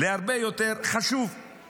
אותם, הייתי שם בסמינר של